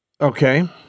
Okay